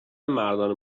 مردان